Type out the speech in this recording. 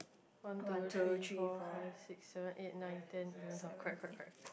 one two three four five six seven eight nine ten we gonna talk correct correct correct